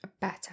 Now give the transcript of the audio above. better